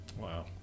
Wow